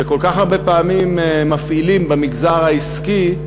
שכל כך הרבה פעמים מפעילים במגזר העסקי,